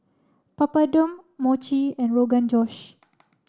Papadum Mochi and Rogan Josh